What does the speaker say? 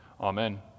Amen